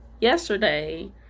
Yesterday